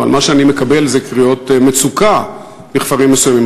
אבל מה שאני מקבל זה קריאות מצוקה מכפרים מסוימים.